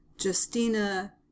Justina